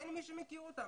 אין מי שמכיר אותם,